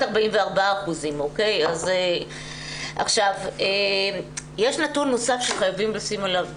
44%. יש נתון נוסף שחייבים לשים עליו דגש,